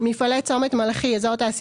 מפעלי צומת מלאכי (א.ת.